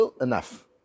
enough